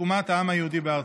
בתקומת העם היהודי בארצו.